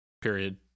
Period